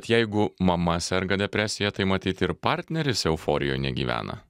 jeigu mama serga depresija tai matyt ir partneris euforijoj negyvena